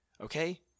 Okay